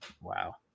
Wow